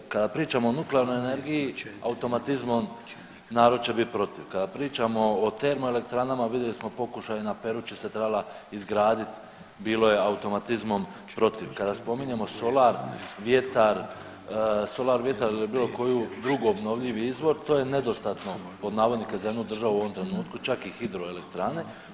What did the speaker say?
Kada pričamo o nuklearnoj energiji automatizmom narod će biti protiv, kada pričamo o termoelektranama vidjeli smo pokušaj na Peruči se trebala izgradit bilo je automatizmom protiv, kada spominjemo solar, vjetar, solar, vjetar ili bilo koju drugi obnovljivi izvor to je nedostatno pod navodnike za jednu državu u ovom trenutku čak i hidroelektrane.